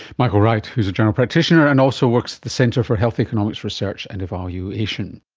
michael wright who is a general practitioner and also works at the centre for health economics research and evaluation